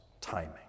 timing